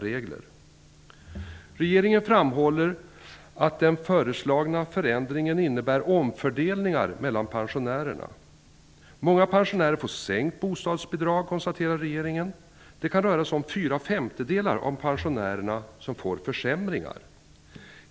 Regeringen framhåller att den föreslagna förändringen innebär omfördelningar mellan pensionärerna. Många pensionärer får sänkt bostadsbidrag, konstaterar regeringen. Det kan röra sig om att fyra femtedelar av pensionärerna får försämringar.